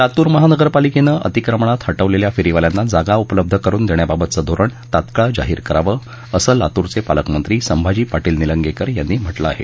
लातूर महानगरपालिकेनं अतिक्रमणात हटवलेल्या फेरीवाल्यांना जागा उपलब्ध करुन देण्याबाबतचं धोरण तात्काळ जाहीर करावं असं लातूरचे पालकमंत्री संभाजी पाटील निलंगेकर यांनी म्हटलं आहे